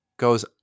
Goes